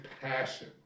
passion